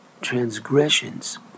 transgressions